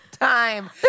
Time